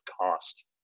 cost